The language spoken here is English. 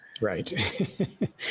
right